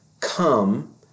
come